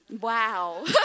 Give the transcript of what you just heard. Wow